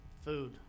Food